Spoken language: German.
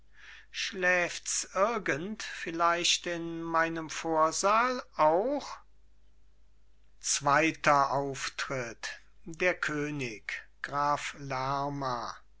schläfts irgend vielleicht in meinem vorsaal auch zweiter auftritt der könig graf lerma